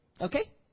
Okay